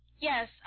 yes